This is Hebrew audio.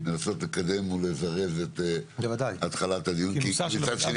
לנסות לקדם ולזרז את התחלת הדיון כי מצד שני